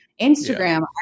Instagram